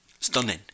stunning